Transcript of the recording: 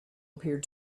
appeared